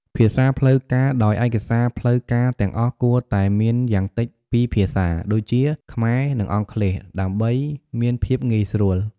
ភាសាផ្លូវការដោយឯកសារផ្លូវការទាំងអស់គួរតែមានយ៉ាងតិចពីរភាសា ដូចជាខ្មែរ និងអង់គ្លេស ដើម្បីមានភាពងាយស្រួល។